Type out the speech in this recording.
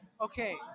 Okay